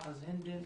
יועז הנדל.